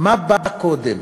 מה בא קודם,